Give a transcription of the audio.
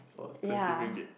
ya